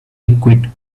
liquid